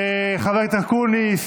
חבר הכנסת אקוניס,